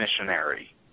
missionary